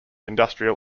industrial